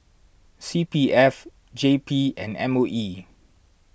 C P F J P and M O E